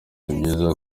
byiza